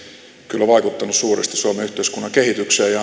kyllä vaikuttanut suuresti suomen yhteiskunnan kehitykseen ja